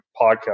podcast